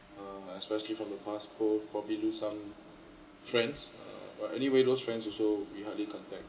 uh especially from the past probably lose some friends uh uh but anyway those friends also we hardly contact